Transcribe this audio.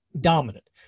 Dominant